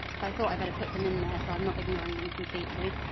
but i thought i better put them in there so i'm not ignoring them completely.